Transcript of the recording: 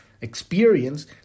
experience